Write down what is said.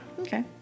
Okay